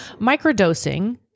Microdosing